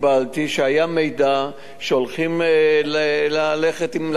שהיה מידע שמתכוונים ללכת עם לפידים,